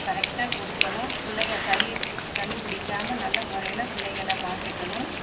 கரெக்டாக கொடுக்கணும் பிள்ளைங்க சளி சளி பிடிக்காமல் நல்ல முறையில் பிள்ளைங்களை பார்த்துக்கணும்